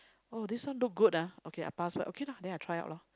oh this one look good ah okay I pass by okay lah then I try out lah